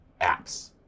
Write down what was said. apps